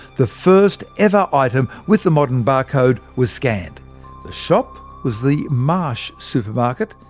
the first ever item with the modern barcode was scanned. the shop was the marsh supermarket,